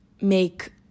make